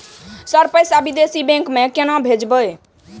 Sir पैसा विदेशी bank में केना भेजबे?